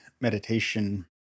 meditation